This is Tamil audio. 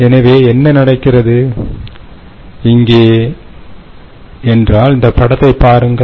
எனவே என்ன நடக்கிறது இங்கே என்றால் இந்த படத்தை பாருங்கள்